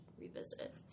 revisit